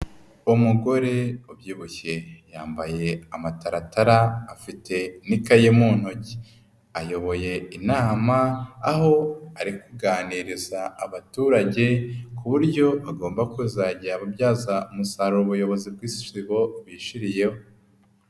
Umugore ubyibushye yambaye amataratara afite n'ikaye mu ntoki, ayoboye inama aho ari kuganiriza abaturage ku buryo bagomba kuzajya babyaza umusaruro ubuyobozi bw'isibo bishiriyeho.